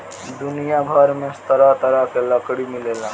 दुनिया भर में तरह तरह के लकड़ी मिलेला